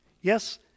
Yes